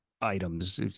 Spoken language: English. items